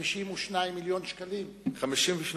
52 מיליון ש"ח.